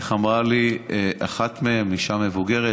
איך אמרה לי אחת מהם, אישה מבוגרת?